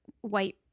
white